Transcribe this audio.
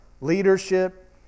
leadership